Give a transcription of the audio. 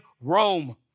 Rome